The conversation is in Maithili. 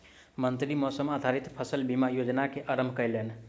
मंत्री मौसम आधारित फसल बीमा योजना के आरम्भ केलैन